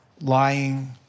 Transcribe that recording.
lying